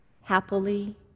happily